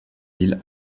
îles